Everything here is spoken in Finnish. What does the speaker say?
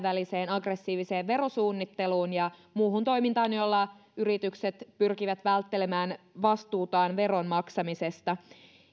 kansainväliseen aggressiiviseen verosuunnitteluun ja muuhun toimintaan jolla yritykset pyrkivät välttelemään vastuutaan verojen maksamisesta